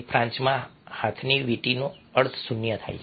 ફ્રાન્સમાં હાથની વીંટીનો અર્થ શૂન્ય થાય છે